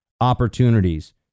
opportunities